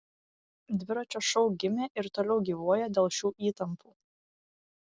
dviračio šou gimė ir toliau gyvuoja dėl šių įtampų